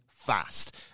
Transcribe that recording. Fast